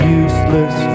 useless